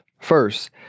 first